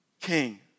king